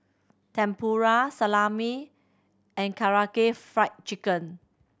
Tempura Salami and Karaage Fried Chicken